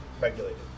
regulated